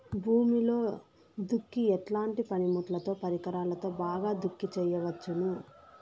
భూమిలో దుక్కి ఎట్లాంటి పనిముట్లుతో, పరికరాలతో బాగా దుక్కి చేయవచ్చున?